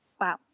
wow